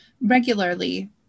regularly